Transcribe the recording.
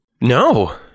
No